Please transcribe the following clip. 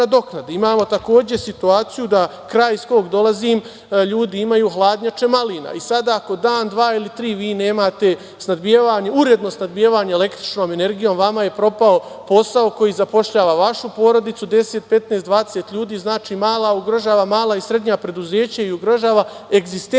Imamo takođe, situaciju da u kraju iz koga dolazim ljudi imaju hladnjače malina i sada ako dan, dva ili tri vi nemate uredno snabdevanje električnom energijom vama je propao posao koji zapošljava vašu porodicu, 10, 15, 20 ljudi. Znači, ugrožava mala i srednja preduzeća i ugrožava egzistenciju